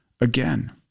again